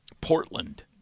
Portland